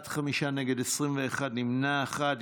בעד, חמישה, נגד, 21, נמנע אחד.